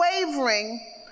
wavering